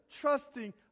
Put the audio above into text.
trusting